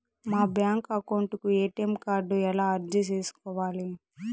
మా bank account కు ATM card ఎలా అర్జీ సేసుకోవాలి?